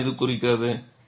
இதைத்தான் இது குறிக்கிறது